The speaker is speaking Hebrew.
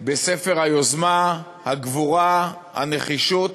בספר היוזמה, הגבורה, הנחישות,